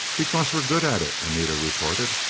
because we're good at it, anita retorted.